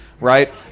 right